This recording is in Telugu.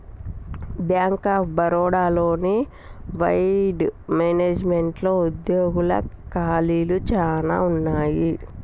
బ్యాంక్ ఆఫ్ బరోడా లోని వెడ్ మేనేజ్మెంట్లో ఉద్యోగాల ఖాళీలు చానా ఉన్నయి